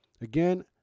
again